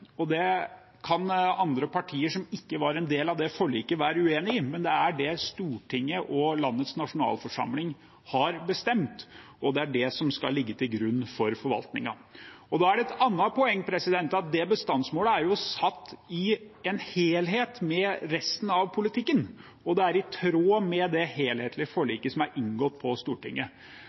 bestandsmål. Det kan andre partier, som ikke var en del av det forliket, være uenig i, men det er det som Stortinget, landets nasjonalforsamling, har bestemt, og det er det som skal ligge til grunn for forvaltningen. Et annet poeng er at det bestandsmålet er satt i en helhet, i sammenheng med resten av politikken, og det er i tråd med det helhetlige forliket som er inngått på Stortinget.